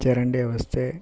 ಚರಂಡಿ ವ್ಯವಸ್ಥೆ